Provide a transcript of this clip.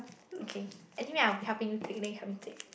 okay anyway I will be helping you take then you help me take